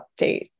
update